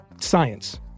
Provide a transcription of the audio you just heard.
science